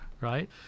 right